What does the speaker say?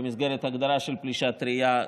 במסגרת ההגדרה של פלישה טרייה,